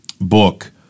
book